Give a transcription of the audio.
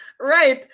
right